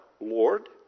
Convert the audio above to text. Lord